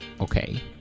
Okay